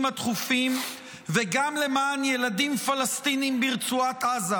הדחופים וגם למען ילדים פלסטינים ברצועת עזה,